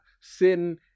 sin